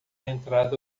entrada